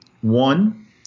One